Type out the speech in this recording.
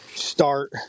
start